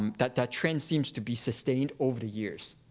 um that that trend seems to be sustained over the years.